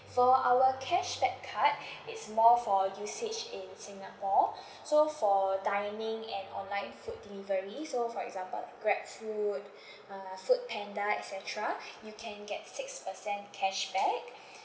for our cashback card it's more for usage in singapore so for dining and online food delivery so for example GrabFood uh FoodPanda et cetera you can get six percent cashback